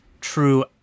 true